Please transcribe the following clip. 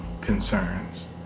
concerns